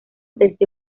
desde